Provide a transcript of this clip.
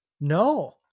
No